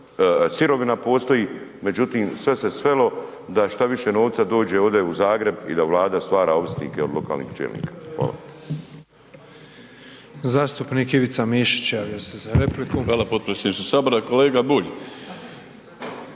sirovina postoji, međutim sve se svelo da šta više novca dođe ovdje u Zagreb i da Vlada stvara ovisnike od lokalnih čelnika. Hvala.